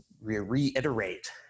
reiterate